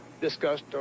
discussed